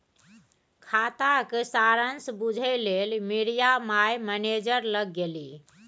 खाताक सारांश बुझय लेल मिरिया माय मैनेजर लग गेलीह